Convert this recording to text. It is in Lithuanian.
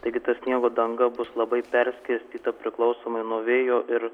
taigi ta sniego danga bus labai perskirstyta priklausomai nuo vėjo ir